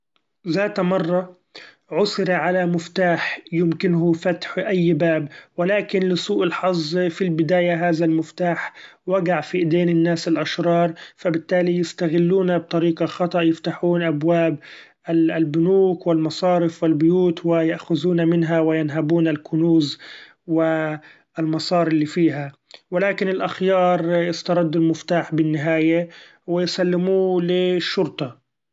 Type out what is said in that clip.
ذات مرة عثر على مفتاح يمكنه فتح أي باب! ولكن لسوء الحظ في البداية هذا المفتاح وقع في أيدين الناس الاشرار ، فبالتالي يستغلونه بطريقة خطأ يفتحون ابواب البنوك والمصارف والبيوت ويأخذون منها وينهبون الكنوز والمصاري اللي فيها! ولكن الاخيار استردوا المفتاح بالنهاية وسلموه للشرطة.